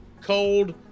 cold